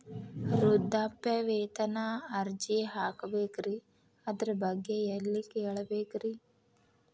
ವೃದ್ಧಾಪ್ಯವೇತನ ಅರ್ಜಿ ಹಾಕಬೇಕ್ರಿ ಅದರ ಬಗ್ಗೆ ಎಲ್ಲಿ ಕೇಳಬೇಕ್ರಿ?